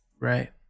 right